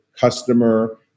customer